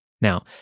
Now